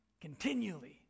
continually